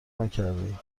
نکردهایم